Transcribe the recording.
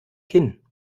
kinn